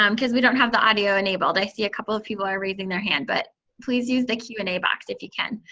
um because we don't have the audio enabled. i see a couple of people are raising their hand, but please use the q and a box, if you can.